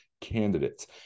candidates